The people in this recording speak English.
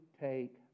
take